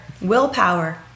Willpower